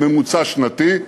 ממוצע שנתי,